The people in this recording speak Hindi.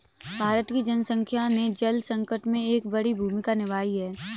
भारत की जनसंख्या ने जल संकट में एक बड़ी भूमिका निभाई है